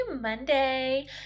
Monday